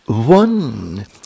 One